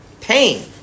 pain